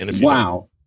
Wow